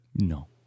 No